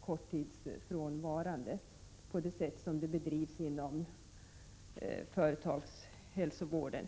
korttidsfrånvarande. På detta sätt arbetar man ju inom företagshälsovården.